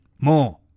more